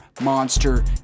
monster